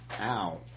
Ow